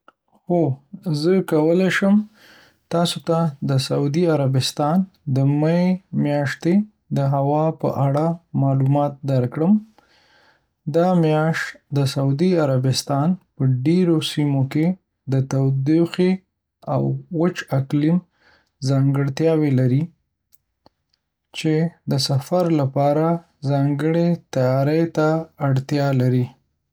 هو، زه کولی شم تاسو ته د سعودي عربستان د می میاشتې د هوا په اړه معلومات درکړم. دا میاشت د سعودي عربستان په ډېرو سیمو کې د تودوخې او وچ اقلیم ځانګړتیاوې لري، چې د سفر لپاره ځانګړې تیاري ته اړتیا لري.